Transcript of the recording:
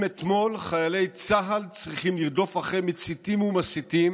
אם אתמול חיילי צה"ל צריכים לרדוף אחרי מציתים ומסיתים